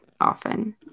often